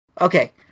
Okay